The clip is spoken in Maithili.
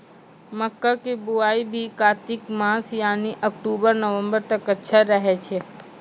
मक्का के बुआई भी कातिक मास यानी अक्टूबर नवंबर तक अच्छा रहय छै